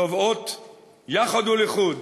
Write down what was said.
יחד ולחוד,